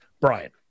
brian